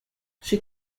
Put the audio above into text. she